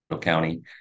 County